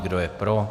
Kdo je pro?